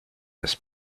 this